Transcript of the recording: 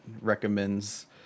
recommends